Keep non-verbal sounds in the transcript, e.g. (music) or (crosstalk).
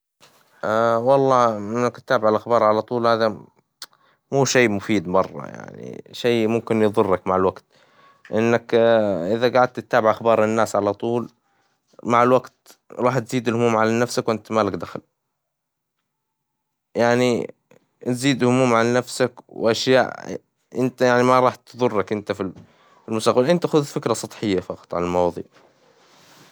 (hesitation) والله إنك تتابع الأخبار على طول هذا (hesitation) مو شي مفيد مرة يعني شي ممكن يضرك مع الوقت، إنك (hesitation) إذا جعدت تتابع أخبار الناس على طول مع الوقت راح تزيد الهموم على نفسك وإنت ما لك دخل يعني تزيد الهموم على نفسك وأشياء إنت يعني ما راح تضرك إنت في المسبج إنت خذ فكرة سطحية فقط عن المواضيع.